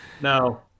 No